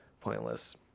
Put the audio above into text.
pointless